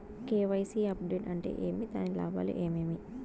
KYC update అంటే ఏమి? దాని లాభాలు ఏమేమి?